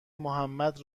محمد